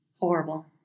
horrible